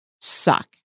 suck